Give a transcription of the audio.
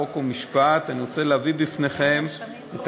חוק ומשפט אני רוצה להביא בפניכם את